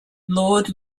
lord